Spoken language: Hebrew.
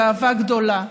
גאווה גדולה.